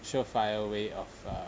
sure fire way of uh